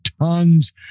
tons